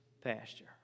pasture